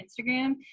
Instagram